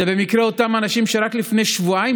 זה במקרה אותם אנשים שרק לפני שבועיים